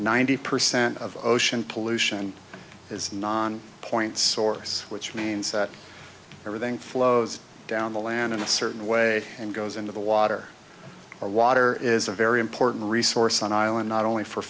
ninety percent of ocean pollution is non point source which means that everything flows down the land in a certain way and goes into the water or water is a very important resource an island not only for